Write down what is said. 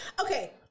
Okay